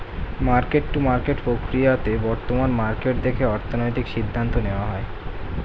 market to market প্রক্রিয়াতে বর্তমান market দেখে অর্থনৈতিক সিদ্ধান্ত নেওয়া হয়